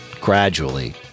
gradually